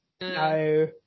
no